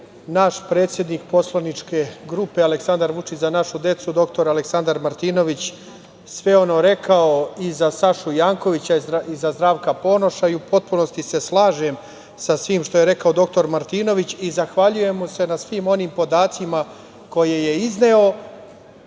naš predsednik Poslaničke grupe Aleksandar Vučić – Za našu decu, dr Aleksandar Martinović, sve ono rekao i za Sašu Jankovića i za Zdravka Ponoša i u potpunosti se slažem sa svim što je rekao dr Martinović i zahvaljujem mu se na svim onim podacima koje je izneo,